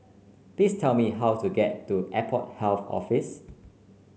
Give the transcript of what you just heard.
please tell me how to get to Airport Health Office